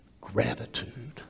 gratitude